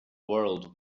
world